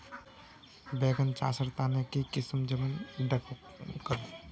बैगन चासेर तने की किसम जमीन डरकर?